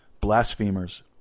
blasphemers